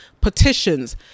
petitions